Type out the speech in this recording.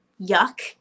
yuck